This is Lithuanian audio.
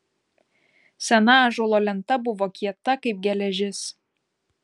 sena ąžuolo lenta buvo kieta kaip geležis